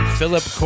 Philip